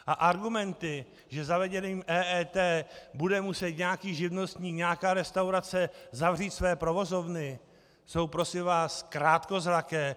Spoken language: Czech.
A argumenty, že zavedením EET bude muset nějaký živnostník, nějaká restaurace zavřít své provozovny, jsou prosím vás krátkozraké.